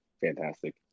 fantastic